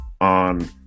on